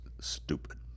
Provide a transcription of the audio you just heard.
stupid